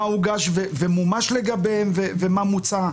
מה הוגש ומומש לגביהן ומה מוצע.